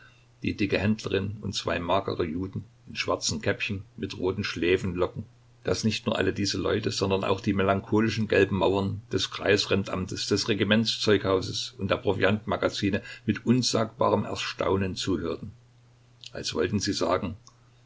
die dicke händlerin und zwei magere juden in schwarzen käppchen mit roten schläfenlocken daß nicht nur alle diese leute sondern auch die melancholisch gelben mauern des kreisrentamtes des regiments zeughauses und der proviant magazine mit unsagbarem erstaunen zuhörten als wollten sie sagen